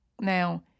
Now